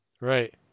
Right